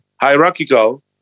hierarchical